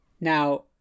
Now